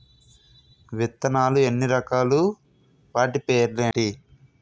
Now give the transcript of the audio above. విత్తనాలు ఎన్ని రకాలు, వాటి పేర్లు ఏంటి?